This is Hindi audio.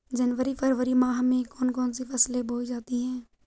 जनवरी फरवरी माह में कौन कौन सी फसलें बोई जाती हैं?